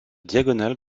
diagonale